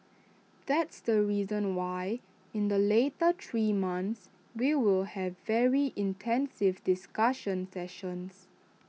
that's the reason why in the later three months we will have very intensive discussion sessions